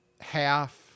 half